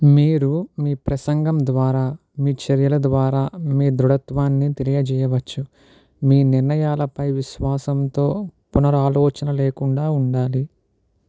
మీరు మీ ప్రసంగం ద్వారా మీ చర్యల ద్వారా మీ దృఢత్వాన్ని తెలియజేయవచ్చు మీ నిర్ణయాలపై విశ్వాసంతో పునరాలోచన లేకుండా ఉండాలి